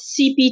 CPT